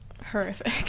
Horrific